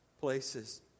places